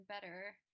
better